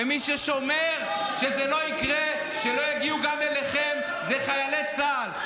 ומי ששומר שזה לא יקרה ושלא יגיעו גם אליכם אלו חיילי צה"ל,